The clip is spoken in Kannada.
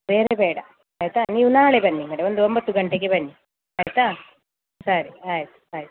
ಬೇರೆ ಬೇಡ ಆಯಿತಾ ನೀವು ನಾಳೆ ಬನ್ನಿ ಮೇಡಮ್ ಒಂದು ಒಂಬತ್ತು ಗಂಟೆಗೆ ಬನ್ನಿ ಆಯಿತಾ ಸರಿ ಆಯಿತು ಆಯಿತು